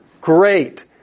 Great